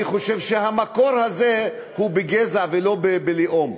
אני חושב שהמקור הזה הוא בגזע ולא בלאום.